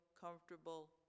comfortable